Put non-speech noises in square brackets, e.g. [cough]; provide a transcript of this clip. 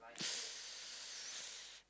[noise]